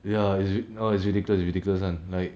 ya it's ri~ oh it's ridiculous it's ridiculous [one] like